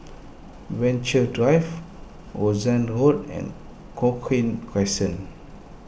Venture Drive Rochdale Road and Cochrane Crescent